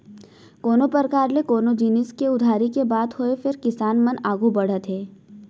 कोनों परकार ले कोनो जिनिस के उधारी के बात होय फेर किसान मन आघू बढ़त हे